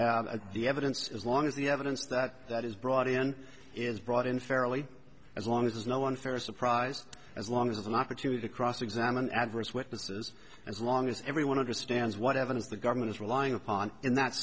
of the evidence as long as the evidence that that is brought in is brought in fairly as long as no one first surprise as long as an opportunity to cross examine adverse witnesses as long as everyone understands what evidence the government is relying upon in that